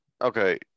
Okay